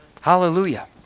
Hallelujah